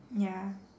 ya